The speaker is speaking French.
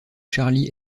charlie